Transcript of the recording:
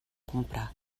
comprar